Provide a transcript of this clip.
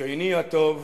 שכני הטוב